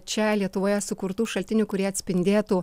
čia lietuvoje sukurtų šaltinių kurie atspindėtų